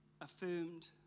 affirmed